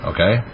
Okay